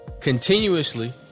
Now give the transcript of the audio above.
Continuously